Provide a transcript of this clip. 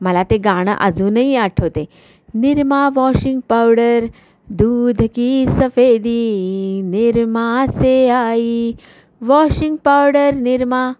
मला ते गाणं अजूनही आठवते निरमा वॉशिंग पावडर दूध की सफेदी निरमा से आई वॉशिंग पावडर निरमा